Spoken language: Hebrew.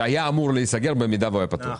והיה אמור להיסגר אם היה פתוח.